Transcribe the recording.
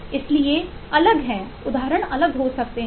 इसलिए अलग हैं उदाहरण अलग हो सकते हैं